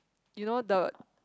you know the